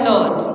Lord